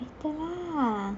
later lah